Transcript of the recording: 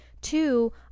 two